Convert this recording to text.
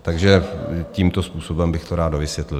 Takže tímto způsobem bych to rád dovysvětlil.